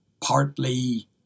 partly